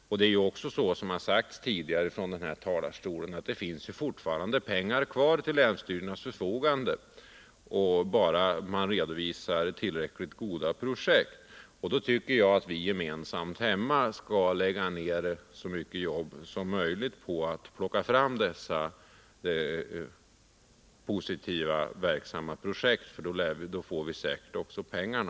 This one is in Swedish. Som tidigare har framhållits från denna talarstol finns det fortfarande pengar kvar till länsstyrelserna om de kan redovisa tillräckligt bra projekt. Därför tycker jag att vi gemensamt hemma i länet skall arbeta för att plocka fram sådana.